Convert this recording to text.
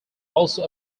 also